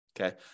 Okay